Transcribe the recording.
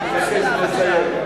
אתה צריך לסיים.